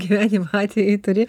gyvenimo atvejį turi